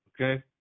okay